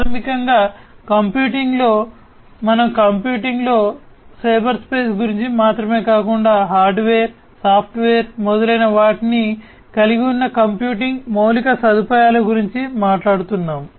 ప్రాథమికంగా కంప్యూటింగ్లో మనం కంప్యూటింగ్లో సైబర్స్పేస్ గురించి మాత్రమే కాకుండా హార్డ్వేర్ సాఫ్ట్వేర్ మొదలైన వాటిని కలిగి ఉన్న కంప్యూటింగ్ మౌలిక సదుపాయాల గురించి మాట్లాడుతున్నాము